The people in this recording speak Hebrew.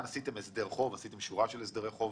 כשעשיתם הסדר חוב או שורה של הסדרי חוב